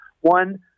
One